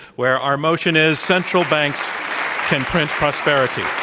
where our motion is, central banks can print prosperity.